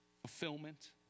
fulfillment